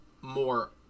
more